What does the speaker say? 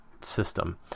system